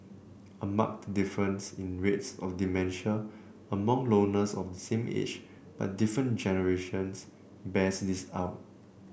a marked difference in rates of dementia among loners of the same age but different generations bears this out